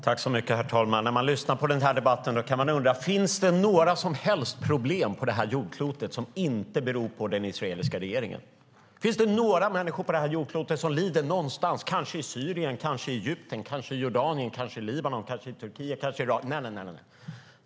Herr talman! När man lyssnar på den här debatten kan man undra: Finns det några som helst problem på det här jordklotet som inte beror på den israeliska regeringen? Finns det några människor på det här jordklotet som lider någon annanstans - kanske i Syrien, kanske i Egypten, kanske i Jordanien, kanske i Libanon, kanske i Turkiet eller kanske i Irak? Nej.